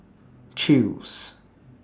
Chew's